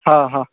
हां हां